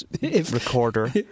recorder